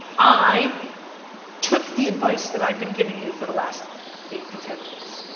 i took the advice that i've been giving you for the last eight to ten minutes.